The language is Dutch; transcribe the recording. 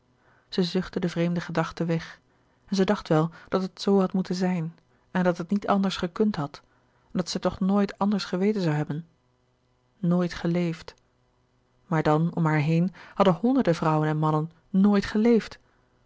zij zuchtte de vreemde gedachte weg en zij dacht wel dat het zoo had moeten zijn en dat het niet anders gekund had en dat zij toch nooit anders geweten zoû hebben nooit geleefd maar dan om haar heen hadden honderde vrouwen en mannen nooit